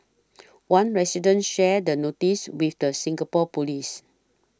one resident shared the notice with the Singapore police